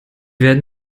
werden